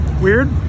Weird